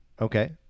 okay